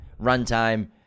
runtime